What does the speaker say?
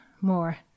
more